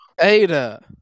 Ada